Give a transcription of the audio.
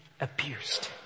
abused